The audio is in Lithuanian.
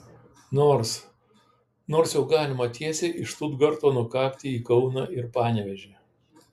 nors nors jau galima tiesiai iš štutgarto nukakti į kauną ir panevėžį